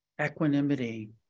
Equanimity